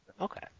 Okay